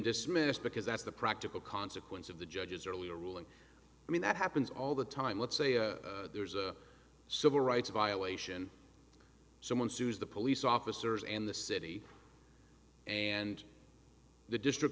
dismissed because that's the practical consequence of the judge's or earlier ruling i mean that happens all the time let's say there's a civil rights violation someone sues the police officers and the city and the district